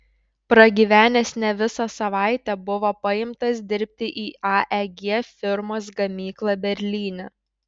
pragyvenęs ne visą savaitę buvo paimtas dirbti į aeg firmos gamyklą berlyne